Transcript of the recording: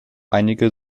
einige